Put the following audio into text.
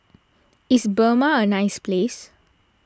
is Burma a nice place